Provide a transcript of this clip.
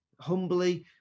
humbly